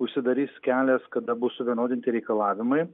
užsidarys kelias kada bus suvienodinti reikalavimai